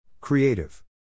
Creative